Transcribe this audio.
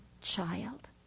child